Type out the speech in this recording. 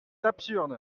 absurde